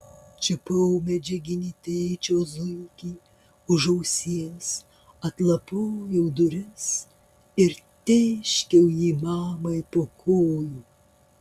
čiupau medžiaginį tėčio zuikį už ausies atlapojau duris ir tėškiau jį mamai po kojų